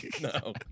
No